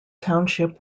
township